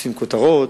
שתופסים כותרות,